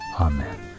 amen